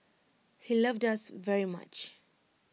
he loved us very much